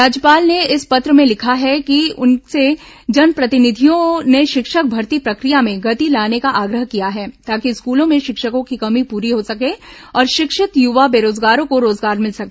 राज्यपाल ने इस पत्र में लिखा है कि उनसे जनप्रतिनिधियों ने शिक्षक भर्ती प्रक्रिया में गति लाने का आग्रह किया है ताकि स्कूलों में शिक्षकों की कमी पूरी हो सके और शिक्षित युवा बेरोजगारों को रोजगार मिल सके